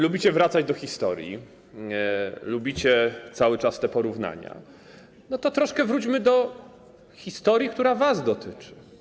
Lubicie wracać do historii, lubicie cały czas te porównania, to troszkę wróćmy do historii, która was dotyczy.